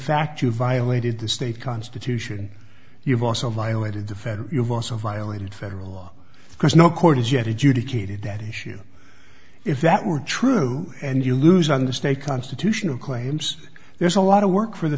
fact you violated the state constitution you've also violated the fed you've also violated federal law because no court has yet adjudicated that issue if that were true and you lose on the state constitution of claims there's a lot of work for the